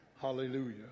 Hallelujah